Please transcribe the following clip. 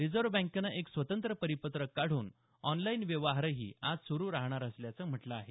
reserve बँकेनं एक स्वतंत्र परिपत्रक काढून ऑनलाईन व्यवहारही आज सुरू राहणार असल्याचं म्हटलं आहे